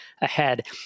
ahead